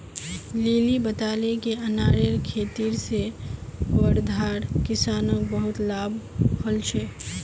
lily बताले कि अनारेर खेती से वर्धार किसानोंक बहुत लाभ हल छे